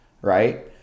right